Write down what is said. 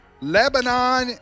Lebanon